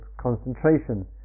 concentration